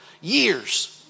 years